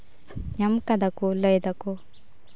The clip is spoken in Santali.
ᱧᱟᱢ ᱠᱟᱫᱟᱠᱚ ᱞᱟᱹᱭ ᱫᱟᱠᱚ